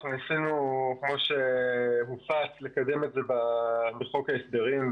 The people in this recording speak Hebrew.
ניסינו לקדם את זה בחוק ההסדרים,